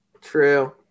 True